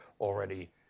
already